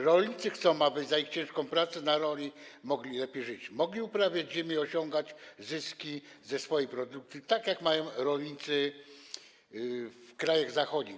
Rolnicy chcą, aby z ich ciężkiej pracy na roli mogli lepiej żyć, mogli uprawiać ziemię i osiągać zyski ze swojej produkcji, tak jak mają rolnicy w krajach zachodnich.